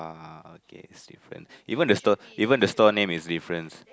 oh okay it's different even the stir even the surname is different